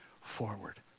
forward